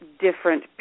different